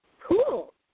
Cool